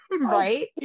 Right